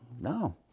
No